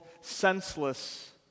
senseless